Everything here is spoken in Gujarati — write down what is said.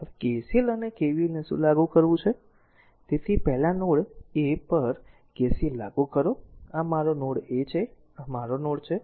હવે KCL અને KVLને શું લાગુ કરવું છે તેથી પહેલા નોડ એ પર KCL લાગુ કરો આ છે આ મારો આ મારો નોડ એ છે આ મારો નોડ છે